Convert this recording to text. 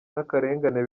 n’akarengane